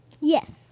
Yes